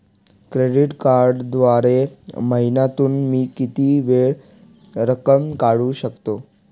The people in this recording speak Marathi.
क्रेडिट कार्डद्वारे महिन्यातून मी किती वेळा रक्कम काढू शकतो?